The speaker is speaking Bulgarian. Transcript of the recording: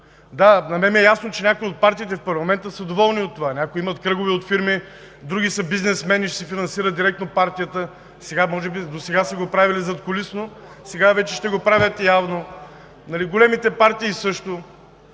Да, на мен ми е ясно, че някои от партиите в парламента са доволни от това – някои имат кръгове от фирми, други са бизнесмени и ще си финансират директно партията. Досега може би са го правили задкулисно, сега вече ще го правят явно. Големите партии – също.